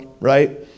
right